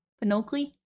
Pinocchio